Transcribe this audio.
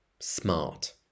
smart